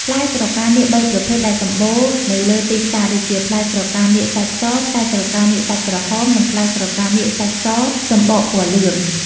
ផ្លែស្រកានាគ៣ប្រភេទដែលសម្បូរនៅលេីទីផ្សារ ដូចជា ផ្លែស្រកានាគសាច់ស ផ្លែស្រកានាគសាច់ក្រហម និងផ្លែស្រកានាគសាច់សសំបកពណ៌លឿង ។